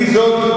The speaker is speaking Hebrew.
עם זאת,